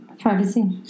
Privacy